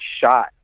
shot